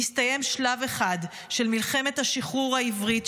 נסתיים שלב אחד --- של מלחמת השחרור העברית,